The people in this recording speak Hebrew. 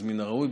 אז מן הראוי,